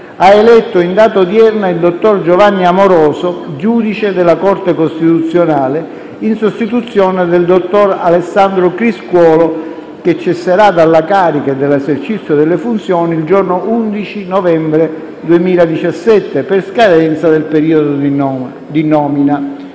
ha eletto in data odierna il dottor Giovanni Amoroso, Giudice della Corte Costituzionale, in sostituzione del dottor Alessandro Criscuolo che cesserà dalla carica e dall'esercizio delle funzioni il giorno 11 novembre 2017 per scadenza del periodo di nomina.